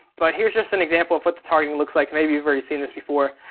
but here's just an example of what the targeting looks like, maybe you've already seen this before,